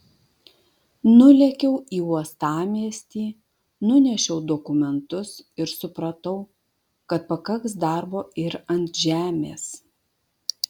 nulėkiau į uostamiestį nunešiau dokumentus ir supratau kad pakaks darbo ir ant žemės